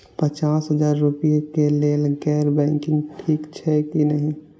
पचास हजार रुपए के लेल गैर बैंकिंग ठिक छै कि नहिं?